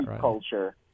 culture